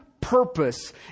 purpose